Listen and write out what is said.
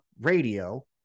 Radio